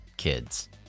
Kids